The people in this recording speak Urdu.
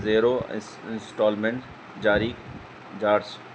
زیرو انسٹالمنٹ جاری جارج